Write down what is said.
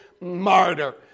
martyr